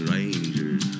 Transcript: Rangers